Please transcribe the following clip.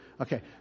Okay